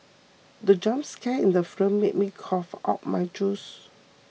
the jump scare in the film made me cough out my juice